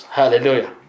Hallelujah